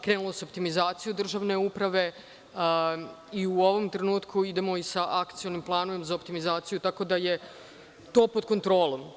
Krenulo se u optimizaciju državne uprave i u ovom trenutku idemo i sa akcionim planom za optimizaciju, tako da je to pod kontrolom.